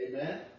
Amen